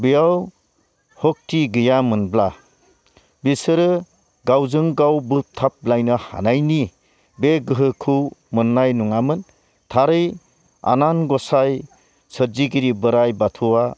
बेयाव सक्ति गैयामोनब्ला बेसोरो गावजोंगाव बोग्थाब लायनो हानायनि बे गोहोखौ मोननाय नङामोन थारै अनान गसाय सोरजिगिरि बोराइ बाथौआ